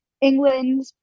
England